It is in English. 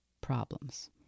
problems